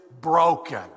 broken